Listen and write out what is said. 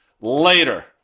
Later